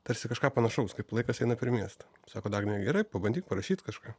tarsi kažką panašaus kaip laikas eina per miestą sako dagnė gerai pabandyk parašyti kažką